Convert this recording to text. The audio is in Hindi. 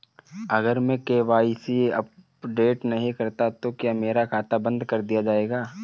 अगर मैं के.वाई.सी अपडेट नहीं करता तो क्या मेरा खाता बंद कर दिया जाएगा?